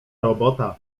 robota